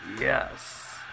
yes